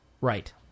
right